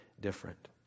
different